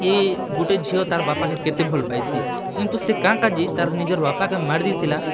କି ଗୁଟେ ଝିଅ ତା'ର୍ ବାପାକେ କେତେ ଭଲ୍ ପାଏସି କିନ୍ତୁ ସେ କାଏଁ କା'ଯେ ତା'ର୍ ନିଜର୍ ବାପାକେ ମାଏର୍ ଦେଇଥିଲା